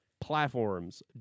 platforms